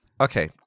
okay